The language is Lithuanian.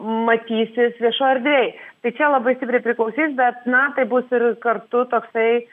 matysis viešoj erdvėj tai labai stipriai priklausys bet na tai bus ir kartu toksai